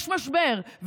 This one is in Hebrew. יש משבר.